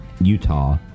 Utah